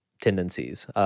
tendencies